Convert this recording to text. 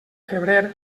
febrer